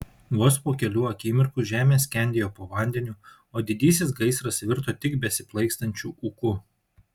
vos po kelių akimirkų žemė skendėjo po vandeniu o didysis gaisras virto tik besiplaikstančiu ūku